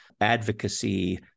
advocacy